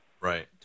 Right